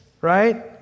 right